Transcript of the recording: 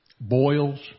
boils